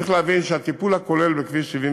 צריך להבין שהטיפול הכולל בכביש 71